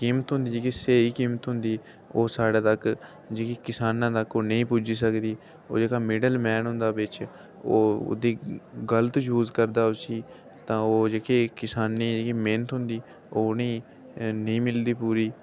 कीमत होंदी जेह्की स्हेई कीमत होंदी ओह् साढ़े तक किसाने तक ओह् नेई पुज्जी सकदी ओह् जेह्का मिडल मैन होंदा बिच ओह्दी गल्त जूय करदा उसी तां ओह्ह जेह्की किसाने दी मेह्नत होंदी नेईं मिलदी पूरी